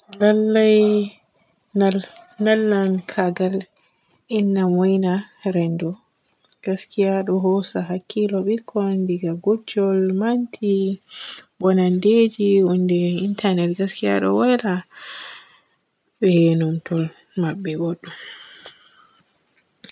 Lallai nal lal kagal inna moyna rendu gaskiya ɗo hoosa hakkilo bikkon diga gojjul, manti bonendeji hunnde intanet gaskiya ɗo wayla be numtol maɓɓebodɗum.